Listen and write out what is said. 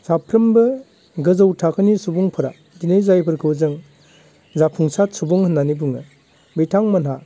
साफ्रोमबो गोजौ थाखोनि सुबुंफोरा दिनै जायफोरखौ जों जाफुंसार सुबुं होननानै बुङो बिथांमोनहा